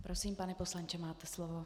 Prosím, pane poslanče, máte slovo.